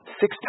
six